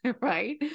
Right